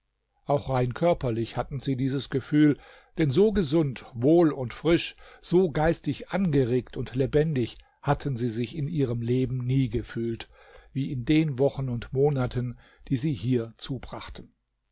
auch rein körperlich hatten sie dieses gefühl denn so gesund wohl und frisch so geistig angeregt und lebendig hatten sie sich in ihrem leben nie gefühlt wie in den wochen und monaten die sie hier zubrachten